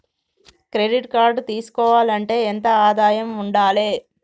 Credit card తీసుకోవాలంటే ఎంత ఆదాయం ఉండాలే?